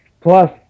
Plus